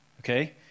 Okay